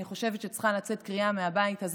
אני חושבת שצריכה לצאת קריאה מהבית הזה